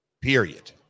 period